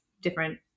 different